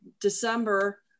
December